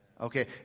Okay